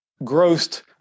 grossed